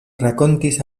rakontis